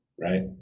right